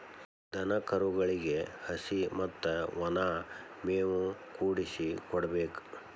ದನಕರುಗಳಿಗೆ ಹಸಿ ಮತ್ತ ವನಾ ಮೇವು ಕೂಡಿಸಿ ಕೊಡಬೇಕ